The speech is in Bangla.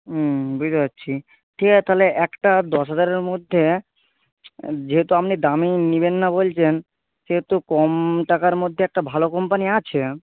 হুম বুঝতে পারছি ঠিক আছে তাহলে একটা দশ হাজারের মধ্যে যেহেতু আপনি দামি নেবেন না বলছেন সেহেতু কম টাকার মধ্যে একটা ভালো কোম্পানি আছে